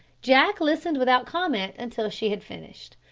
jack listened without comment until she had finished.